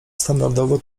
standardowo